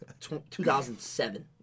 2007